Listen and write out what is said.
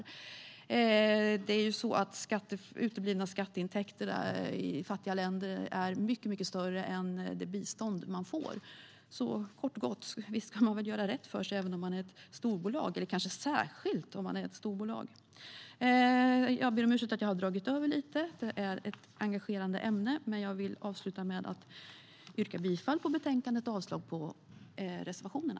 I fattiga länder är summan av uteblivna skatteintäkter mycket större än det bistånd de får. Så kort och gott: Man ska göra rätt för sig, särskilt om man är ett storbolag. Jag yrkar bifall till utskottets förslag och avslag på reservationerna.